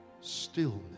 Stillness